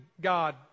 God